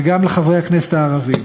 וגם לחברי כנסת הערבים: